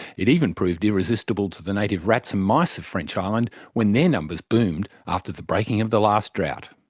it even proved irresistible to the native rats and mice of french island when their numbers boomed after the breaking of the last drought.